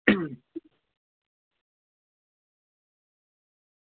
अं